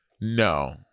No